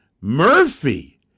Murphy